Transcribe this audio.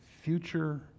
future